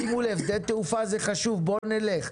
שימו לב, שדה תעופה זה חשוב, בואו נלך.